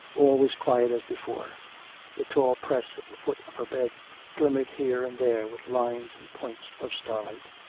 all was quiet as before the tall press at the foot of her bed glimmered here and there with lines and points of starlight.